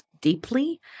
deeply